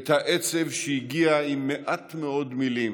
את העצב שהגיע עם מעט מאוד מילים